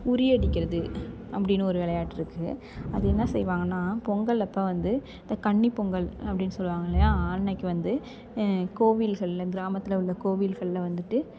உரி அடிக்கிறது அப்படின்னு ஒரு விளையாட்டு இருக்குது அது என்ன செய்வாங்கன்னா பொங்கல் அப்போ வந்து இந்த கன்னி பொங்கல் அப்படின்னு சொல்லுவாங்க இல்லையாக அன்றைக்கி வந்து கோவில்களில் கிராமத்தில் உள்ள கோவில்களில் வந்துட்டு